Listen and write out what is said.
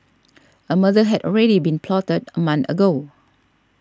a murder had already been plotted a month ago